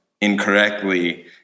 incorrectly